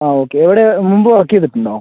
ആ ഓക്കെ എവിടെ മുമ്പ് വർക്ക് ചെയ്തിട്ടുണ്ടോ